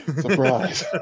Surprise